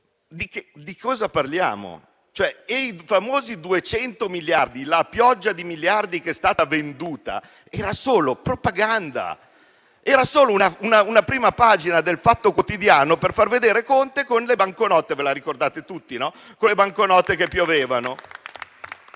di cosa parliamo. I famosi 200 miliardi, la pioggia di miliardi che è stata venduta, erano solo propaganda, erano solo una prima pagina del giornale «Il Fatto Quotidiano» per far vedere Conte con le banconote. Immagino che la ricordiate tutti, con le banconote che piovevano.